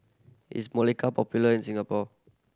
is Molicare popular in Singapore